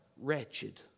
wretched